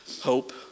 hope